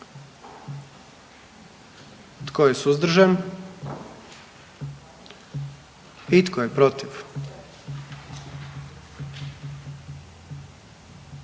Tko je suzdržan? I tko je protiv?